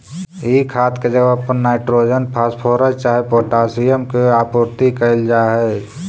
ई खाद के जगह पर नाइट्रोजन, फॉस्फोरस चाहे पोटाशियम के आपूर्ति कयल जा हई